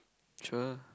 sure